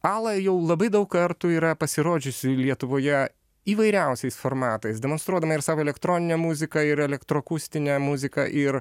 ala jau labai daug kartų yra pasirodžiusi lietuvoje įvairiausiais formatais demonstruodama ir savo elektroninę muziką ir elektroakustinę muziką ir